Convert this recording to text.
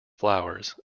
flowers